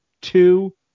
two